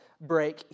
break